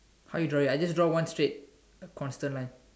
how you draw it I just draw one straight a constant line